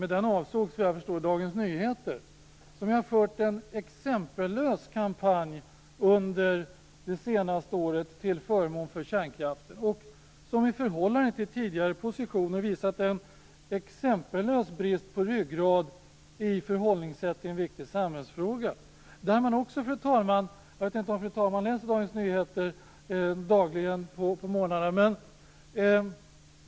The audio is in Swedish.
Med den avsågs, vad jag förstår, Dagens Nyheter som har fört en exempellös kampanj under det senaste året till förmån för kärnkraften. I förhållande till tidigare positioner har tidningen visat en exempellös brist på ryggrad i förhållningssättet i en viktigt samhällsfråga. Jag vet inte om fru talman läser Dagens Nyheter dagligen på morgnarna.